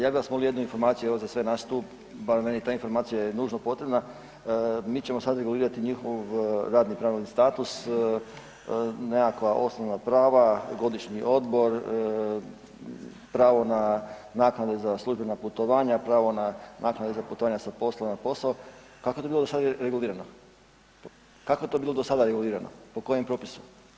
Ja bi vas molio jednu informaciju evo za sve nas tu, bar meni ta informacija je nužno potrebna, mi ćemo sad regulirati njihov radno pravni status, nekakva osnovna prava, godišnji odmor, pravo na naknade za službena putovanja, pravo na naknade za putovanja sa posla na posao, kako je to bilo do sad regulirano, kako je to bilo do sada regulirano, po kojem propisu?